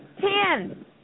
Ten